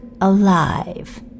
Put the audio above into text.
alive